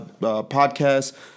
podcast